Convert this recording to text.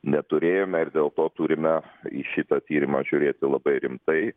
neturėjome ir dėl to turime į šitą tyrimą žiūrėti labai rimtai